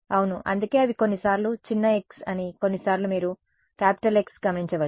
అవును అందుకే అవి కొన్నిసార్లు చిన్న x అని కొన్నిసార్లు మీరు X గమనించవచ్చు